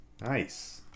Nice